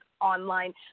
online